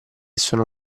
sono